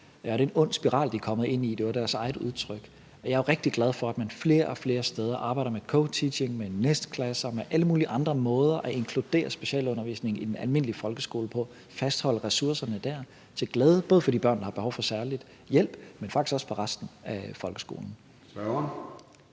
Det er en ond spiral, de er kommet ind i – det var deres eget udtryk. Jeg er rigtig glad for, at man flere og flere steder arbejder med co-teaching og nestklasser og med alle mulige andre måder at inkludere specialundervisningen i den almindelige folkeskole på, så man fastholder ressourcerne dér til glæde for både de børn, der har behov for særlig hjælp, men faktisk også for resten af folkeskolen.